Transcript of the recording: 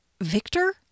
Victor